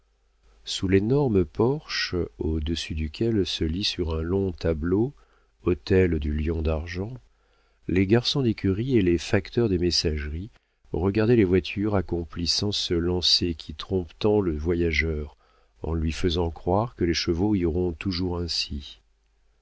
sous l'énorme porche au-dessus duquel se lit sur un long tableau hôtel du lion d'argent les garçons d'écurie et les facteurs des messageries regardaient les voitures accomplissant ce lancer qui trompe tant le voyageur en lui faisant croire que les chevaux iront toujours ainsi